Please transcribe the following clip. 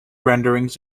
renderings